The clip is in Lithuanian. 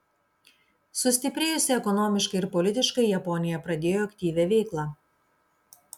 sustiprėjusi ekonomiškai ir politiškai japonija pradėjo aktyvią veiklą